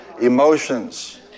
Emotions